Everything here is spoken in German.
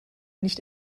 nicht